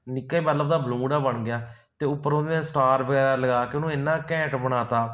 ਨਿੱਕੇ ਬਲਬ ਦਾ ਬਲੂੰਗੜਾ ਬਣ ਗਿਆ ਅਤੇ ਉੱਪਰ ਉਹਦੇ ਮੈਂ ਸਟਾਰ ਵਗੈਰਾ ਲਗਾ ਕੇ ਉਹਨੂੰ ਇੰਨਾਂ ਘੈਂਟ ਬਣਾ ਤਾ